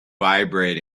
vibrating